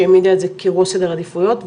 שהעמידה את זה בראש סדר העדיפויות,